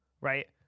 right